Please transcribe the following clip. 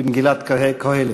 במגילת קהלת.